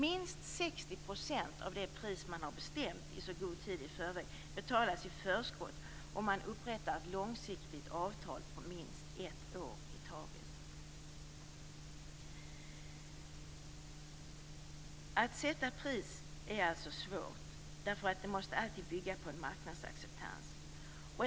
Minst 60 % av det pris som man har bestämt i god tid i förväg betalas i förskott, och man upprättar ett långsiktigt avtal på minst ett år i taget. Att sätta pris är alltså svårt, eftersom det alltid måste bygga på en marknadsacceptans.